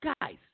guys